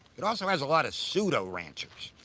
it also has a lot of pseudo-ranchers.